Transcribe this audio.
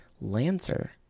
lancer